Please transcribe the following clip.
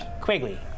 Quigley